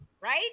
Right